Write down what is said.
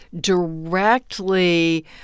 directly